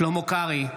שלמה קרעי,